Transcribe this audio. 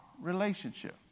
relationship